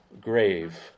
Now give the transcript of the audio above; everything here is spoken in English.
grave